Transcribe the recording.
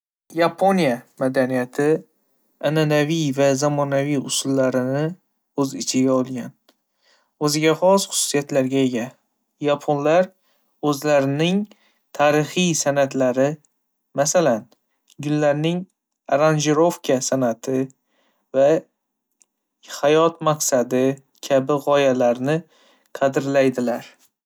Yapon madaniyati, an'anaviy va zamonaviy unsurlarni o'z ichiga olgan, o'ziga xos xususiyatlarga ega. Yaponlar o'zlarining tarixiy san'atlari, masalan, gullarning aranjirovka san'ati, va hayot maqsadi, kabi g'oyalarni qadrlaydilar.